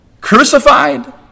Crucified